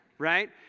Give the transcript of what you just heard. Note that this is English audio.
right